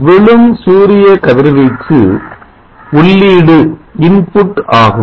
விழும் சூரிய கதிர்வீச்சு உள்ளீடு ஆகும்